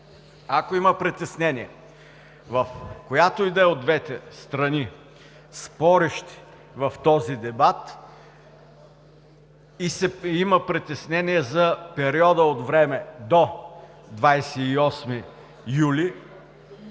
Ако има притеснение, в която и да е от двете страни, спорещи в този дебат, и има притеснение за периода от време до 28 юли,